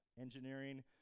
engineering